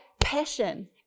passion